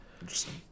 Interesting